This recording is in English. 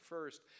First